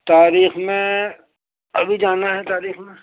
تاریخ میں ابھی جانا ہے تاریخ میں